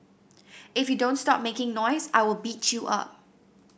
if you don't stop making noise I will beat you up